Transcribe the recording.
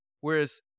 Whereas